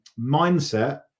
mindset